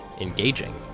engaging